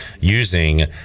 using